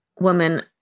woman